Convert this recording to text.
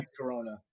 Corona